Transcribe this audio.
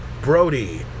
brody